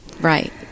Right